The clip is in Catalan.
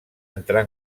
entrar